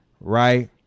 right